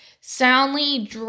Soundly